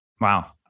Wow